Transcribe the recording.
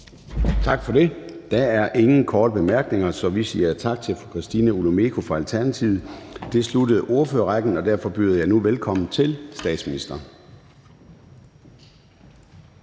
Gade): Der er ingen korte bemærkninger, så vi siger tak til fru Christina Olumeko fra Alternativet. Det sluttede ordførerrækken, og derfor byder jeg nu velkommen til statsministeren.